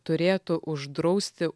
turėtų uždrausti